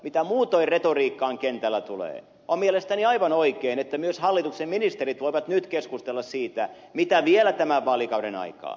mitä muutoin retoriikkaan kentällä tulee on mielestäni aivan oikein että myös hallituksen ministerit voivat nyt keskustella siitä mitä vielä tehdään tämän vaalikauden aikaan